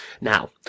Now